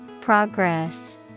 Progress